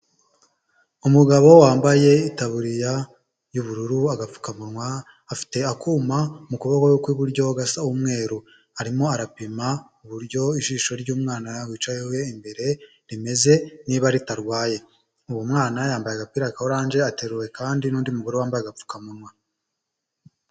Umugabo wambaye itaburiya y'ubururu, agapfukamunwa, afite akuma mu kuboko kwe ku iburyo gasa umweru, arimo arapima uburyo ijisho ry'umwana wicaye imbere rimeze niba ritarwaye, uwo mwana yambaye agapira ka oranje ateruwe kandi n'undi mugore wambaye agapfukamunwa.